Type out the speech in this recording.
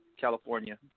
California